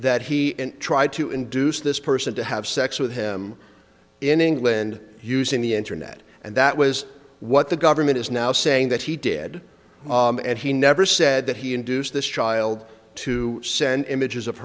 that he tried to induce this person to have sex with him in england using the internet and that was what the government is now saying that he did and he never said that he induced this child to send images of